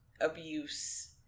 abuse